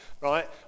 right